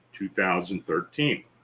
2013